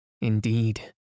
indeed